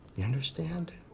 you understand?